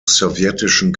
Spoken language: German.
sowjetischen